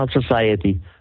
Society